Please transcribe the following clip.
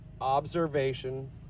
observation